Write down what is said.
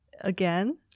again